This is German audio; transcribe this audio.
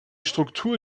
struktur